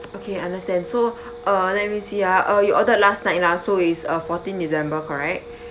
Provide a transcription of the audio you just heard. okay I understand so uh let me see ah uh you ordered last night lah so is uh fourteen december correct